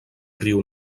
riu